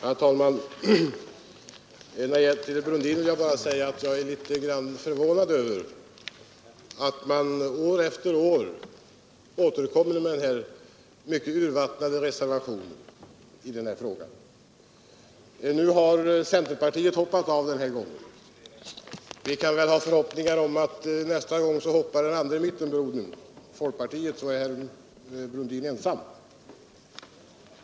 Herr talman! Till herr Brundin vill jag säga att jag är litet förvånad över att man år efter år i denna fråga återkommer med denna mycket urvattnade reservation. Den här gången har centerpartiet hoppat av. Vi kan väl hoppas att den andra mittenbrodern, folkpartiet, hoppar nästa gång, så att herr Brundin blir ensam.